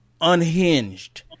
unhinged